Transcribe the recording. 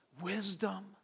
wisdom